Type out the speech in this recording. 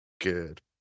Good